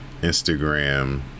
Instagram